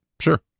Sure